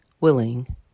willing